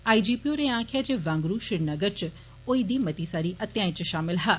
आई G P होरें आक्खेआ जे वांगरु श्रीनगर च होई दी मती सारी हत्याए च शामल हा